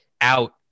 out